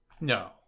No